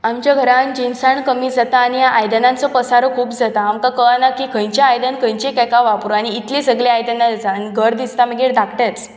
आमच्या घरांत जिनसां कमी जाता आनी आयदनांचो पसारो खूब जाता आमकां कळना की खंयचे आयदन खंयचे हेका वापरु आनी इतलें सगले आयदनां जायना आनी घर दिसता मागीर धाकटेंच